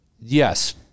Yes